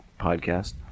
podcast